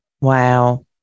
Wow